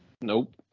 Nope